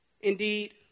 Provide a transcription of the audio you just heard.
Indeed